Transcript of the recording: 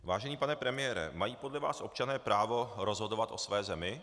Vážený pane premiére, mají podle vás občané právo rozhodovat o své zemi?